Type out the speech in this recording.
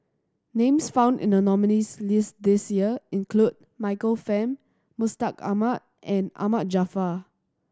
names found in the nominees' list this year include Michael Fam Mustaq Ahmad and Ahmad Jaafar